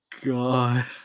god